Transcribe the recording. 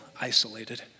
isolated